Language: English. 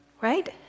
right